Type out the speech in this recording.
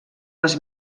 les